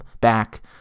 back